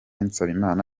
nsabimana